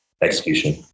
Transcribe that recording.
execution